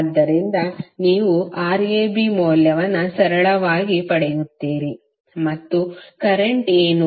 ಆದ್ದರಿಂದ ನೀವು Rab ಮೌಲ್ಯವನ್ನು ಸರಳವಾಗಿ ಪಡೆಯುತ್ತೀರಿ ಮತ್ತು ಈಗ ಕರೆಂಟ್ ಏನು